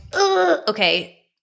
Okay